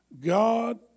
God